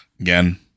again